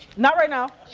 not right now,